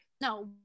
No